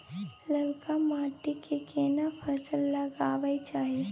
ललका माटी में केना फसल लगाबै चाही?